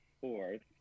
fourth